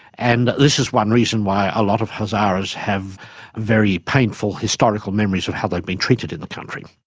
and this is one reason why a lot of hazaras have very painful historical memories of how they've been treated in the country.